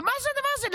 מה זה הדבר הזה?